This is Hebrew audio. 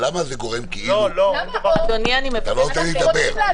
אין דבר כזה.